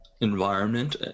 environment